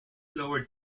lower